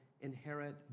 inherit